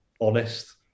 honest